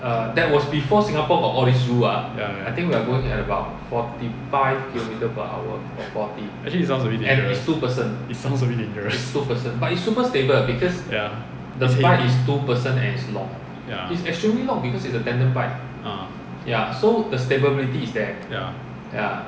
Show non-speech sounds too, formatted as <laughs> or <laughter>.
ya ya <laughs> actually it sounds a bit dangerous it sounds a bit dangerous ya ya uh ya